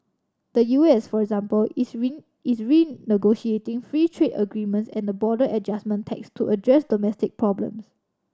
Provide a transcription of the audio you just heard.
the U S for example is is renegotiating free trade agreements and the border adjustment tax to address domestic problem